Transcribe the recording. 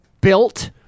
built